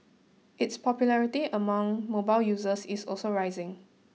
its popularity among mobile users is also rising